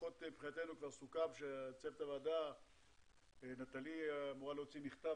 לפחות מבחינתנו סוכם - נטלי אמורה להוציא מכתב